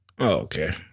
Okay